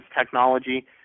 technology